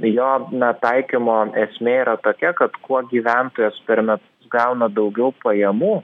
jo na taikymo esmė yra tokia kad kuo gyventojas per metus gauna daugiau pajamų